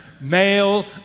male